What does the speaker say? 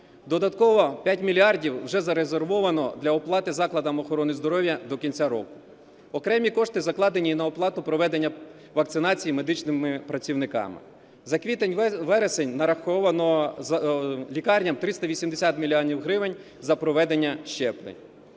додатково 5 мільярдів вже зарезервовано для оплати закладам охорони здоров'я до кінця року. Окремі кошти закладені і на оплату проведення вакцинації медичними працівниками. За квітень-вересень нараховано лікарням 380 мільйонів гривень за проведення щеплень.